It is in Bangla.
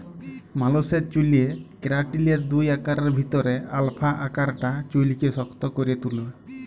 মালুসের চ্যুলে কেরাটিলের দুই আকারের ভিতরে আলফা আকারটা চুইলকে শক্ত ক্যরে তুলে